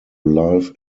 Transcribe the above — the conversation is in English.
life